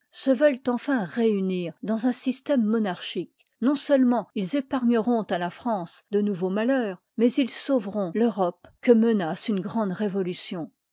se veulent enfin réunir dans un h tar b système monarchique non seulement ils i y il épargneront à la france de nouveaux nial heurs mais ils sauveront l'europe que menace ime grande révolution